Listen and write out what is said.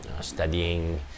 studying